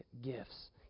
gifts